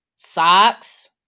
Socks